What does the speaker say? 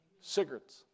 Cigarettes